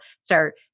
start